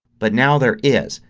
but now there is.